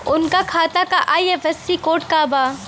उनका खाता का आई.एफ.एस.सी कोड का बा?